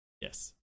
yes